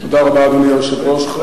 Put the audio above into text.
אדוני היושב-ראש,